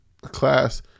class